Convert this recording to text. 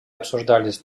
обсуждались